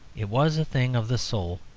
it was a thing of the soul.